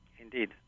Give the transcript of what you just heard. Indeed